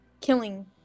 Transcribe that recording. killing